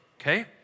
okay